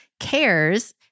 CARES